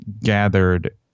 gathered